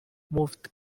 mufti